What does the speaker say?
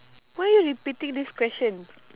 why are you repeating this question